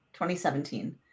2017